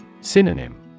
Synonym